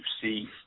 see